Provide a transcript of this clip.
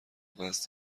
قصد